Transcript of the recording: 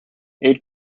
eight